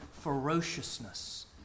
ferociousness